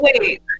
wait